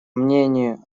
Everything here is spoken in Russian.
мнению